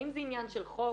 האם זה עניין של חוק?